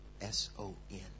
S-O-N